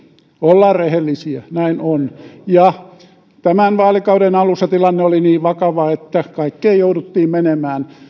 ollaan rehellisiä näin on tämän vaalikauden alussa tilanne oli niin vakava että kaikkeen jouduttiin menemään